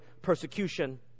persecution